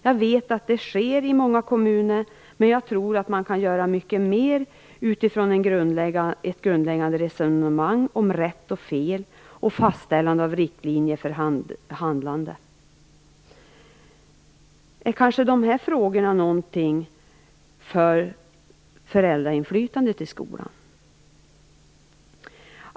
Jag vet att detta görs i många kommuner, men jag tror att man kan göra mer utifrån ett grundläggande resonemang om rätt och fel och fastställande av riktlinjer för handlande. De här frågorna kanske är något för föräldrainflytandet i skolan.